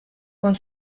con